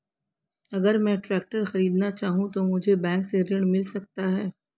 अगर मैं ट्रैक्टर खरीदना चाहूं तो मुझे बैंक से ऋण मिल सकता है?